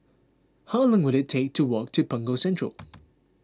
how long will it take to walk to Punggol Central